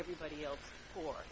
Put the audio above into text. everybody else for